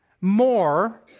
more